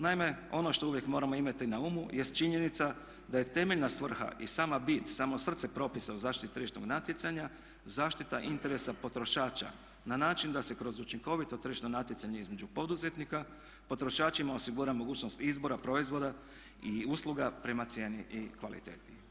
Naime, ono što uvijek moramo imati na umu jest činjenica je temeljna svrha i sama bit, samo srce propisa o zaštiti tržišnog natjecanja zaštita interesa potrošača na način da se kroz učinkovito tržišno natjecanje između poduzetnika potrošačima osigura mogućnost izbora proizvoda i usluga prema cijeni i kvaliteti.